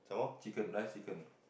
chicken rice chicken